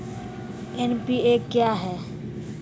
NPA क्या हैं?